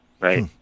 right